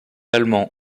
allemand